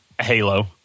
Halo